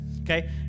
Okay